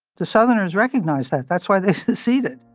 the southerners recognized that. that's why they seceded.